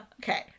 okay